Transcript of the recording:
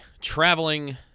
Traveling